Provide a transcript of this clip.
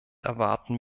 erwarten